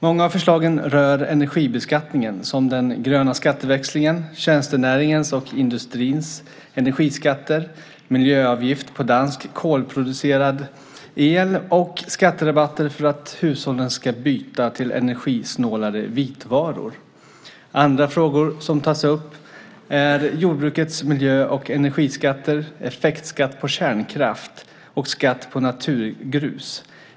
Många av förslagen rör energibeskattningen, som den gröna skatteväxlingen, tjänstenäringens och industrins energiskatter, miljöavgift på dansk kolproducerad el och skatterabatter för att hushållen ska byta till energisnålare vitvaror. Andra frågor som tas upp är jordbrukets miljö och energiskatter, effektskatt på kärnkraft och skatt på naturgrus.